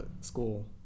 school